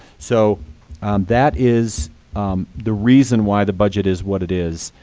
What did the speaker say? so that is the reason why the budget is what it is.